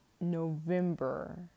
November